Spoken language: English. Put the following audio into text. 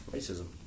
Racism